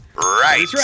Right